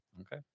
okay